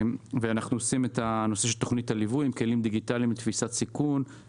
אנחנו עושים את הנושא של תוכנית הליווי עם כלים דיגיטליים ותפיסת סיכון,